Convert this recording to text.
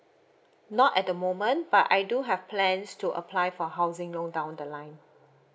not at the moment but I do have plans to apply for housing loan down the line